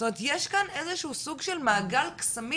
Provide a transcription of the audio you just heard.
זאת אומרת, יש כאן איזשהו סוג של מעגל קסמים,